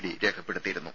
D രേഖപ്പെടുത്തിയിരുന്നു